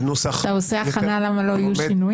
אתה עושה הכנה למה לא יהיו שינויים?